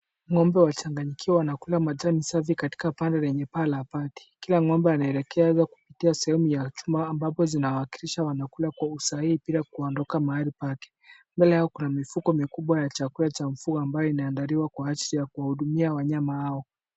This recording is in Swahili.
Ng'ombe walichanganyikiwa wanakula majani safi katika pala lenye paa la bati. Kila ng'ombe anaelezwa kupitia kupitia sehemu ya chuma ambazo inawasilisha wanakula kwa usahihi kila mahali pake. Mbele yao kuna mifuko ya mikubwa ya chakula ambayo imeandaliwa kwa ajili ya kuwahudumia wanyama hao.